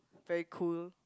very cool